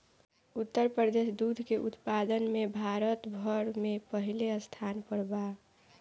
उत्तर प्रदेश दूध के उत्पादन में भारत भर में पहिले स्थान पर बा